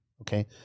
okay